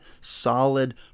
solid